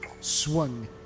swung